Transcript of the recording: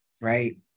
right